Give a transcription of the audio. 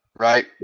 Right